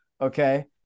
Okay